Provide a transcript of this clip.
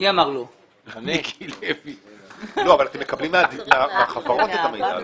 אבל אתם מקבלים מהחברות את המידע.